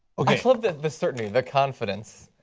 love the the certainty, the confidence.